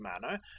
manner